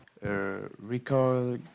recall